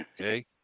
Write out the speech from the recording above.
okay